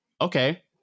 Okay